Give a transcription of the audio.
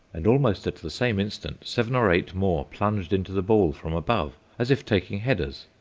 and almost at the same instant seven or eight more plunged into the ball from above, as if taking headers.